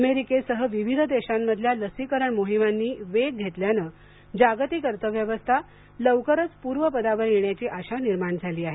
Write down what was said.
अमेरिकेसह विविध देशांमधल्या लसीकरण मोहिमांनी वेग घेतल्यानं जागतिक अर्थव्यवस्था लवकरच पूर्वपदावर येण्याची आशा निर्माण झाली आहे